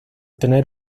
tener